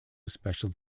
special